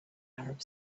arab